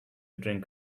drink